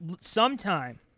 Sometime